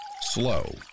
slow